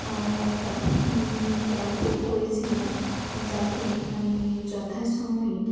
ও একটা cab book করেছিলাম যাতে আমি যথাসময়ে